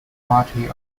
party